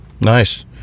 Nice